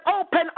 open